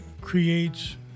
creates